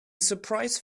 surprise